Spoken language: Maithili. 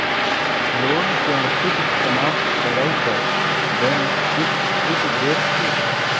लोन केँ शीघ्र समाप्त करै पर बैंक किछ छुट देत की